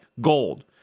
gold